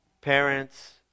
Parents